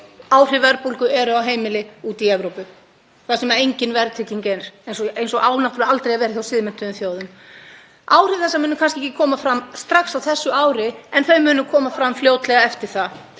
áhrif verðbólgu á heimili úti í Evrópu þar sem engin verðtrygging er, eins og á náttúrlega aldrei að vera hjá siðmenntuðum þjóðum. Áhrif þessa munu kannski ekki koma fram strax á þessu ári en þau munu koma fram fljótlega eftir það.